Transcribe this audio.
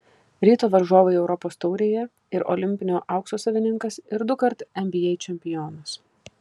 ryto varžovai europos taurėje ir olimpinio aukso savininkas ir dukart nba čempionas